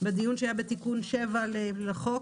בדיון שהיה בתיקון 7 לחוק,